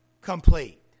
complete